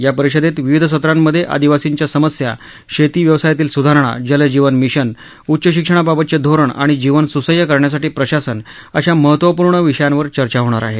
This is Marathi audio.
या परिषदेत विविध सत्रांमध्ये आदिवासींच्या समस्या शेती व्यवसायातील स्धारणा जल जीवन मिशन उच्च शिक्षणाबाबतचे धोरण आणि जीवन सुसह्य करण्यासाठी प्रशासन अशा महत्वपूर्ण विषयांवर चर्चा होणार आहे